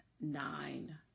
nine